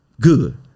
good